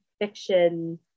fiction